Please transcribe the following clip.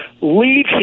leave